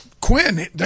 Quinn